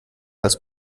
als